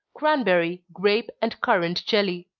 cranberry, grape, and currant jelly.